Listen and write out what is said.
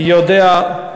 יודע,